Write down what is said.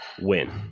Win